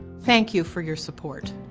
thank you for your support.